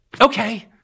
okay